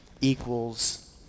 equals